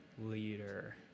leader